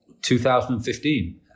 2015